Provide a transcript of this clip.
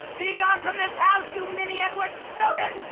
be gone from this house you mini edward snowden.